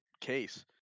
case